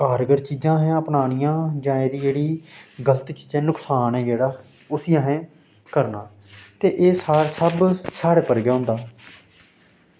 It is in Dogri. कारगर चीज़ां असे अपनानियां जां एह्दी जेह्ड़ी गलत चीज़ां नुकसान ऐ जेह्ड़ा उस्सी असें करना ते एह् सब साढ़े उप्पर गै होंदा